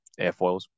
airfoils